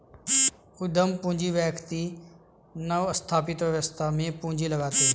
उद्यम पूंजी व्यक्ति नवस्थापित व्यवसाय में पूंजी लगाते हैं